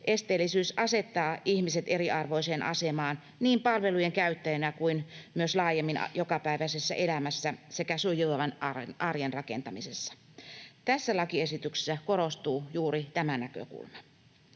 esteellisyys asettaa ihmiset eriarvoiseen asemaan niin palvelujen käyttäjinä kuin myös laajemmin jokapäiväisessä elämässä sekä sujuvan arjen rakentamisessa. Tässä lakiesityksessä korostuu juuri tämä näkökulma.